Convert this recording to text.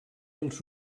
els